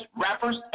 rappers